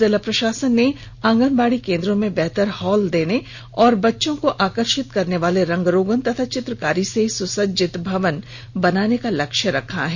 जिला प्रशासन ने आंगनबाड़ी केंद्रों में बेहतर हौल देने और बच्चों को आकर्षित करने वाले रंगरोगन व चित्रकारी से सुसज्जित भवन बनाने का लक्ष्य निर्धारित किया है